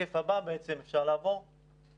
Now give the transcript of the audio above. זו